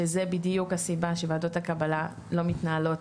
שזה בדיוק הסיבה שוועדות הקבלה לא מתנהלות